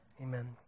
Amen